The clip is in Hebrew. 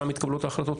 שם מתקבלות ההחלטות.